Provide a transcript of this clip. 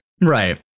Right